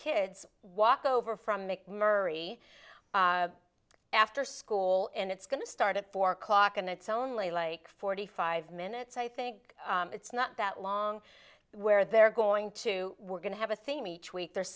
kids walk over from mcmurry after school and it's going to start at four o'clock and it's only like forty five minutes i think it's not that long where they're going to we're going to have a theme each week